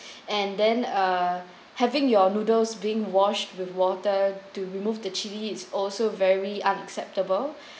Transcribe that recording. and then uh having your noodles being washed with water to remove the chili is also very unacceptable